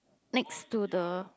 next to the